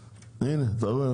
הנה, אתה רואה?